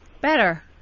Better